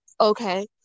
Okay